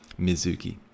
Mizuki